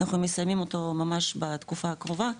אנחנו מסיימים אותו ממש בתקופה הקרובה,